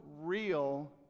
real